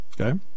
Okay